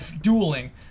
dueling